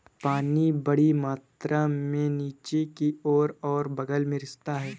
पानी बड़ी मात्रा में नीचे की ओर और बग़ल में रिसता है